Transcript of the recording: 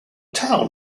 town